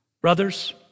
Brothers